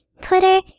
Twitter